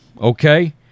okay